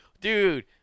Dude